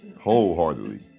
wholeheartedly